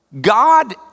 God